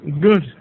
good